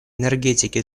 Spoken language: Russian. энергетики